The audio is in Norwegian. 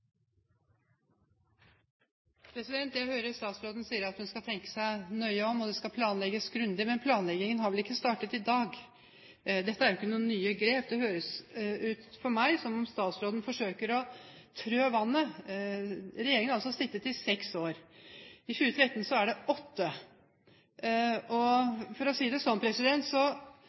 Jeg hører statsråden si at hun skal tenke seg nøye om, og det skal planlegges grundig. Men planleggingen har vel ikke startet i dag? Dette er jo ikke nye grep? Det høres ut for meg som om statsråden forsøker å trå vannet. Regjeringen har altså sittet i seks år – i 2013 er det åtte år. For å si det sånn så